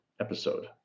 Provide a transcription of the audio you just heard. episode